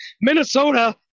Minnesota